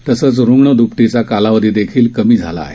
तसंच रुग्ण द्पटीचा कालावधीही कमी झाला आहे